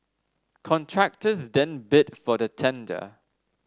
contractors then bid for the tender